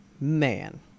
man